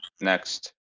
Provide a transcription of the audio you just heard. next